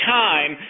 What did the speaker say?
time